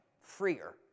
freer